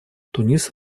тунис